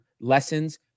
lessons